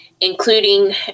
including